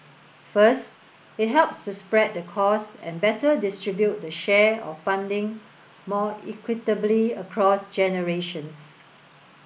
first it helps to spread the costs and better distribute the share of funding more equitably across generations